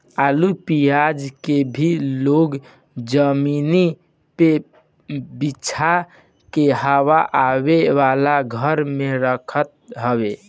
आलू पियाज के भी लोग जमीनी पे बिछा के हवा आवे वाला घर में रखत हवे